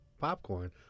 popcorn